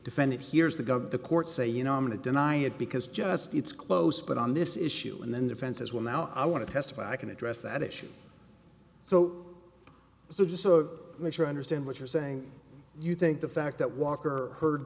defendant hears the gov the court say you know i'm going to deny it because just it's close but on this issue and then defense as well now i want to testify i can address that issue so so the so make sure i understand what you're saying you think the fact that walker heard